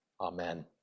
Amen